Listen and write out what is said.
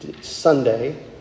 Sunday